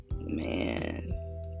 Man